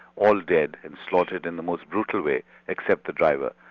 all dead, and slaughtered in the most brutal way except the driver.